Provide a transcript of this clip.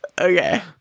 Okay